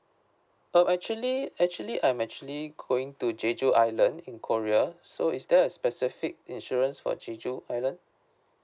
oh actually actually I'm actually going to jeju island in korea so is there a specific insurance for jeju island